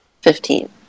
Fifteen